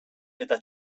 eta